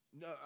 No